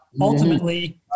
ultimately